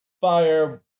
Fire